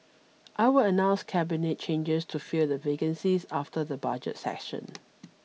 I will announce Cabinet changes to fill the vacancies after the Budget session